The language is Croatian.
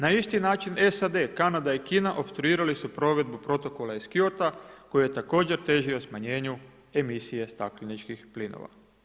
Na isti način SAD, Kanada i Kina opstruirali su provedbu Protokola iz Kyota koji je također težio smanjenju emisije stakleničkih plinova.